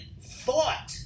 thought